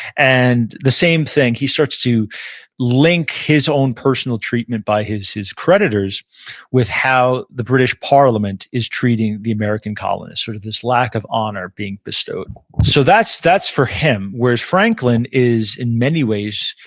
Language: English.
and the same thing, he starts to link his own personal treatment by his his creditors with how the british parliament is treating the american colonists, sort of this lack of honor being bestowed. so that's that's for him, whereas franklin, in many ways,